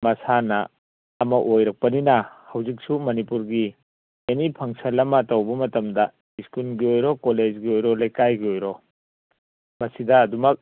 ꯃꯁꯥꯟꯅ ꯑꯃ ꯑꯣꯏꯔꯛꯄꯅꯤꯅ ꯍꯧꯖꯤꯛꯁꯨ ꯃꯅꯤꯄꯨꯔꯒꯤ ꯑꯦꯅꯤ ꯐꯥꯡꯁꯜ ꯑꯃ ꯇꯧꯔꯛꯄ ꯃꯇꯝꯗ ꯁ꯭ꯀꯨꯜꯒꯤ ꯑꯣꯏꯔꯣ ꯀꯀꯣꯂꯦꯖꯀꯤ ꯑꯣꯏꯔꯣ ꯂꯩꯀꯥꯏꯒꯤ ꯑꯣꯏꯔꯣ ꯃꯁꯤꯗ ꯑꯗꯨꯝꯃꯛ